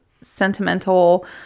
sentimental